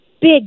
big